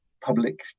public